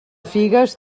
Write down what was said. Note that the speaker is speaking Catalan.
figues